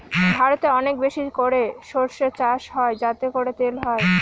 ভারতে অনেক বেশি করে সর্ষে চাষ হয় যাতে করে তেল হয়